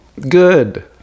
good